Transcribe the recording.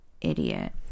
idiot